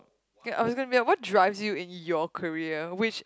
okay I was gonna be like what drives you in your career which